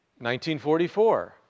1944